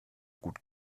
gut